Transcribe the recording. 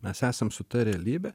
mes esam su ta realybe